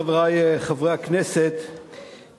חברי חברי הכנסת,